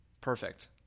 Perfect